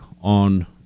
on